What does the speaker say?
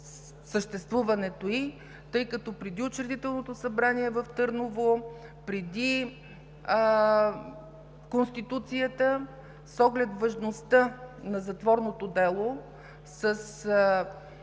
съществуването си, тъй като преди Учредителното събрание в Търново, преди Конституцията, с оглед важността на затворното дело, с